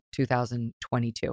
2022